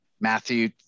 Matthew